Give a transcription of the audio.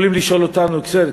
יכולים לשאול אותנו: בסדר,